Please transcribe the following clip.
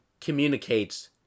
communicates